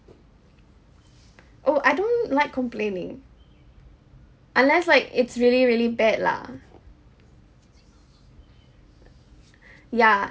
oh I don't like complaining unless like it's really really bad lah ya